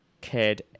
kid